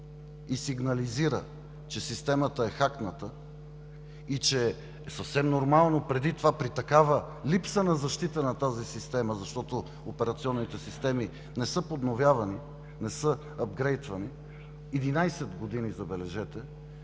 и сигнализира, че системата е хакната и че е съвсем нормално преди това при такава липса на защита на тази система, защото операционните системи не са подновявани, не са ъпгрейдвани – единадесет години, забележете,